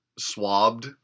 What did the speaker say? Swabbed